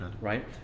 Right